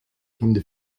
hindu